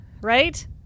right